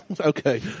Okay